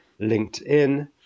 LinkedIn